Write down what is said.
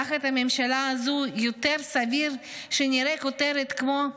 תחת הממשלה הזו יותר סביר שנראה כותרת כמו: